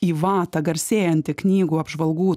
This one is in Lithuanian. į vatą garsėjantį knygų apžvalgų